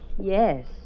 yes